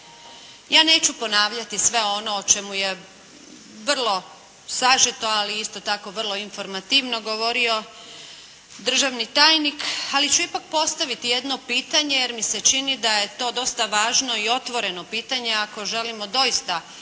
Ja neću ponavljati sve ono o čemu je vrlo sažeto ali isto tako vrlo informativno govorio državni tajnik, ali ću ipak postaviti jedno pitanje jer mi se čini da je to dosta važno i otvoreno pitanje ako želimo doista realizirati